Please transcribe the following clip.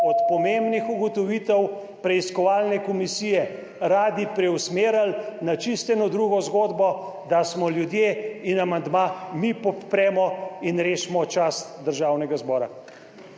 od pomembnih ugotovitev preiskovalne komisije radi preusmerili na eno čisto drugo zgodbo, da smo ljudje in amandma mi podpremo in rešimo čast Državnega zbora.